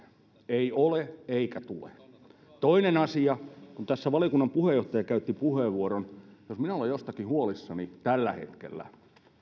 ei ole eikä tule toinen asia tässä valiokunnan puheenjohtaja käytti puheenvuoron jos minä olen jostakin huolissani tällä hetkellä